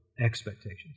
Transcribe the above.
expectations